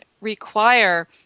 require –